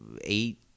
eight